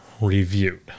reviewed